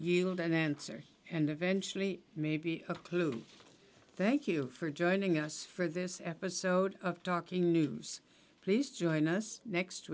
enter and eventually maybe a clue thank you for joining us for this episode of talking news please join us next